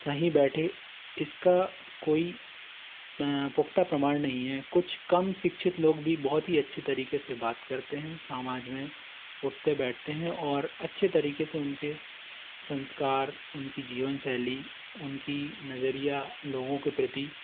सही बैठे इसका कोई पुख्ता प्रमाण नहीं हैं कुछ कम शिक्षित लोग भी बहुत ही अच्छे तरीके से बात करते हैं सामाज में उठते बैठते हैं और अच्छे तरीके से उनके संस्कार उनकी जीवन शैली उनकी नजरिया लोगों के प्रति